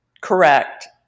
Correct